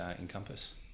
encompass